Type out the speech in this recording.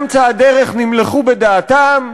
באמצע הדרך נמלכו בדעתם,